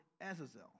Azazel